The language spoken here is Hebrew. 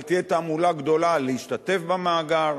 אבל תהיה תעמולה גדולה להשתתף במאגר,